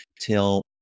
till